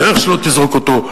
שאיך שלא תזרוק אותו,